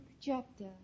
chapter